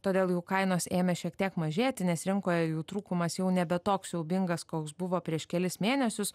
todėl jų kainos ėmė šiek tiek mažėti nes rinkoje jų trūkumas jau nebe toks siaubingas koks buvo prieš kelis mėnesius